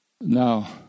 Now